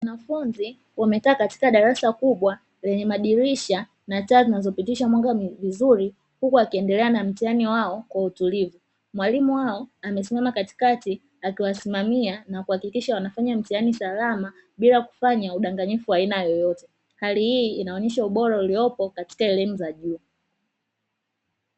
Wanafunzi wamekaa katika darasa kubwa lenye madirisha na taa zinazopitisha mwanga vizuri, huku wakiendelea na mtihani wao kwa utulivu. Mwalimu wao amesimama katikati akiwasimamia na kuhakikisha wanafanya mtihani salama bila kufanya udanganyifu wa aina yoyote. Hali hii inaonyesha ubora uliopo katika elimu za juu.